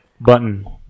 button